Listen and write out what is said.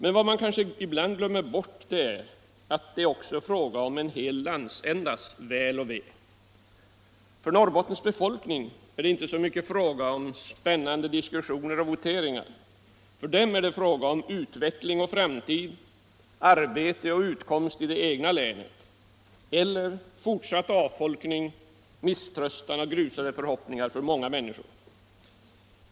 Men vad man kanske ibland glömmer bort är att det också är fråga om en hel landsändas väl och ve. För Norrbottens befolkning är det inte så mycket fråga om spännande diskussioner och voteringar. För dem är det fråga om utveckling och framtid, arbete och utkomst i det egna länet eller fortsatt avfolkning, misströstan och grusade förhoppningar för många människor.